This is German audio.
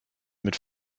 mit